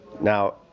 now